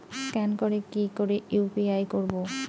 Scan করে কি করে ইউ.পি.আই করবো?